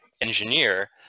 engineer